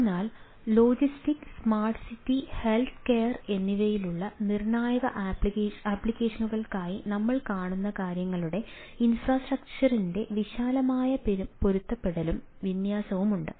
അതിനാൽ logistics smart city health care എന്നിങ്ങനെയുള്ള നിർണായക ആപ്ലിക്കേഷനുകൾക്കായി നമ്മൾ കാണുന്ന കാര്യങ്ങളുടെ ഇൻഫ്രാസ്ട്രക്ചറിന്റെ വിശാലമായ പൊരുത്തപ്പെടുത്തലും വിന്യാസവുമുണ്ട്